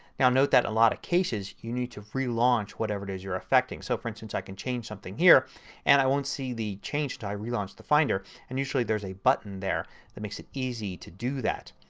now note that in a lot of cases you need to relaunch whatever it is you are effecting. so for instance i can change something here and i won't see the change until i relaunch the finder and usually there is a button there that makes it easy to do that.